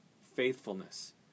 faithfulness